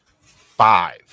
five